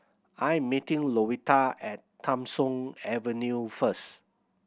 I am meeting Louetta at Tham Soong Avenue first